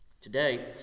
today